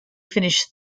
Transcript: finished